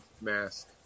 mask